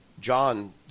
john